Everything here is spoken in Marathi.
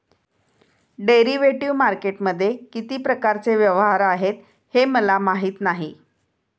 डेरिव्हेटिव्ह मार्केटमध्ये किती प्रकारचे व्यवहार आहेत हे मला माहीत नाही